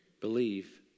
believe